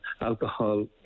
alcohol